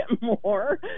more